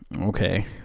Okay